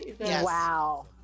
Wow